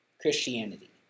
Christianity